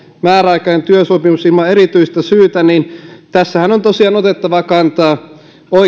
määräaikainen työsopimus ilman erityistä syytä niin tässähän on tosiaan otettava kantaa